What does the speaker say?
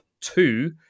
two